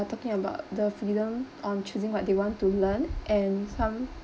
are talking about the freedom on choosing what they want to learn and some